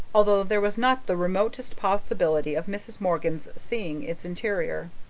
although there was not the remotest possibility of mrs. morgan's seeing its interior.